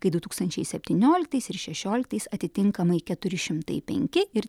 tai du tūkstančiai septynioliktais ir šešioliktais atitinkamai keturi šimtas penki ir